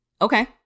Okay